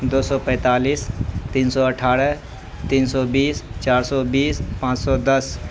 دو سو پینتالیس تین سو اٹھارہ تین سو بیس چار سو بیس پانچ سو دس